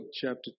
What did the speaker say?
chapter